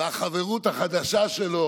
והחברות החדשה שלו